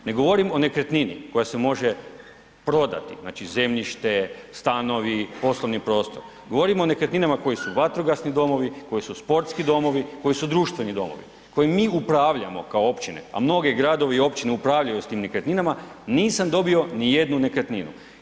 Ne govorim o nekretnini koja se može prodati, znači zemljište, stanovi, poslovni prostor, govorim o nekretninama koji su vatrogasni domovi, koji su sportski domovi koji su društveni domovi, kojim mi upravljamo kao općine a mnogi gradovi i općine upravljaju sa tim nekretninama nisam dobio ni jednu nekretninu.